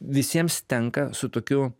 visiems tenka su tokiu